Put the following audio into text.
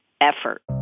effort